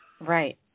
Right